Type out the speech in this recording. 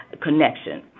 connection